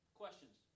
questions